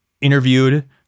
interviewed